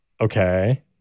Okay